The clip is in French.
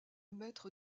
maître